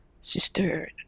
sister